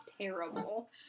Terrible